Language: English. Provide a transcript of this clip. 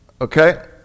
Okay